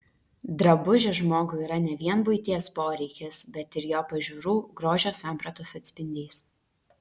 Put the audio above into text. drabužis žmogui yra ne vien buities poreikis bet ir jo pažiūrų grožio sampratos atspindys